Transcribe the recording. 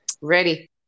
Ready